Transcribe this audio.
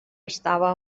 estava